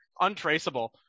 Untraceable